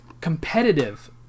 competitive